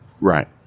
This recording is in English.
Right